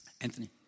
Anthony